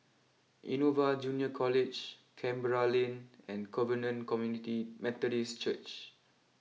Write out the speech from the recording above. Innova Junior College Canberra Lane and Covenant Community Methodist Church